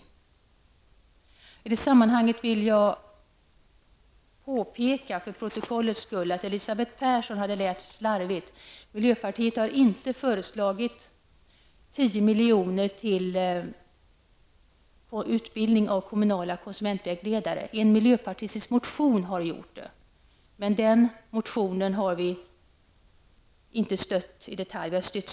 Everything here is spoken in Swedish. I det sammanhanget vill jag påpeka, för att få det till protokollet antecknat, att Elisabeth Persson hade läst slarvigt: miljöpartiet har inte föreslagit 10 miljoner till utbildning av kommunala konsumentvägledare. I en miljöpartistisk motion har det gjorts, men vi har inte stött den.